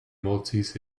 maltese